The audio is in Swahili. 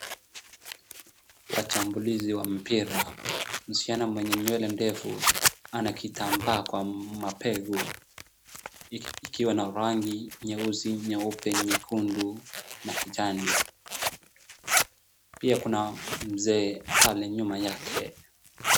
Washambulizi wa mpira msichana mwenye nywele ndefu ana kitambaa kwa mabega ikiwa na rangi nyeusi, nyeupe, nyekundu na kijani. Pia kuna mzee pale nyuma yake.